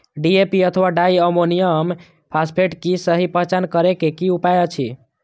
DAP अथवा diammonium phosphate के सहि पहचान करे के कि उपाय अछि?